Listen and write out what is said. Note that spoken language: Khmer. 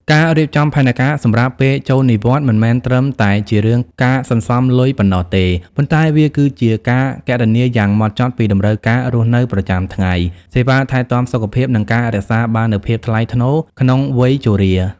ការរៀបចំផែនការសម្រាប់ពេលចូលនិវត្តន៍មិនមែនត្រឹមតែជារឿងការសន្សំលុយប៉ុណ្ណោះទេ ប៉ុន្តែវាគឺជាការគណនាយ៉ាងម៉ត់ចត់ពីតម្រូវការរស់នៅប្រចាំថ្ងៃ សេវាថែទាំសុខភាព និងការរក្សាបាននូវភាពថ្លៃថ្នូរក្នុងវ័យជរា។